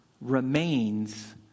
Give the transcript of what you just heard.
remains